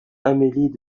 amélie